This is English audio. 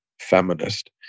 feminist